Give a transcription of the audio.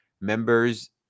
members